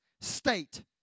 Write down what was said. state